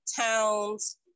towns